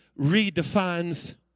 redefines